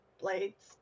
blades